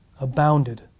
Abounded